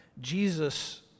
Jesus